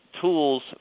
tools